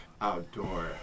outdoor